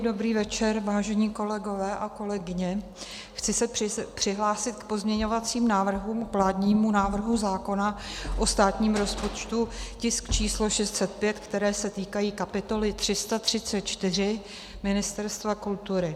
Dobrý večer, vážení kolegové a kolegyně, chci se přihlásit k pozměňovacím návrhům k vládnímu návrhu zákona o státním rozpočtu, tisk číslo 605, které se týkají kapitoly 334 Ministerstva kultury.